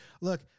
look